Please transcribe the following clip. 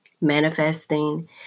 manifesting